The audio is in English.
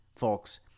folks